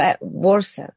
worse